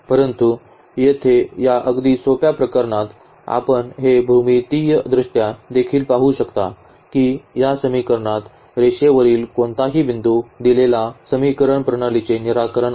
परंतु येथे या अगदी सोप्या प्रकरणात आपण हे भूमितीयदृष्ट्या देखील पाहू शकता की या प्रकरणात रेषेवरील कोणताही बिंदू दिलेली समीकरण प्रणालीचे निराकरण आहे